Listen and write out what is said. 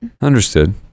Understood